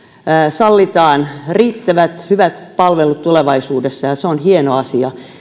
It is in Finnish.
sallitaan riittävät hyvät palvelut tulevaisuudessa ja se on hieno asia